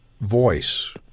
voice